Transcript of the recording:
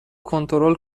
کنترل